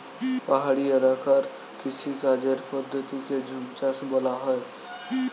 পাহাড়ি এলাকার কৃষিকাজের পদ্ধতিকে ঝুমচাষ বলা হয়